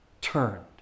turned